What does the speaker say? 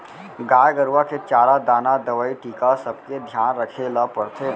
गाय गरूवा के चारा दाना, दवई, टीका सबके धियान रखे ल परथे